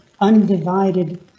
undivided